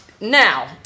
now